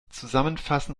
zusammenfassen